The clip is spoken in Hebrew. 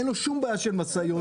אין לו שום בעיה של משאיות.